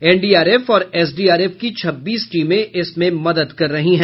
NDRF और SDRF की छब्बीस टीमें इसमें मदद कर रही हैं